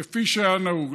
כפי שהיה נהוג.